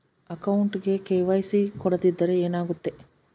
ಅಕೌಂಟಗೆ ಕೆ.ವೈ.ಸಿ ಕೊಡದಿದ್ದರೆ ಏನಾಗುತ್ತೆ?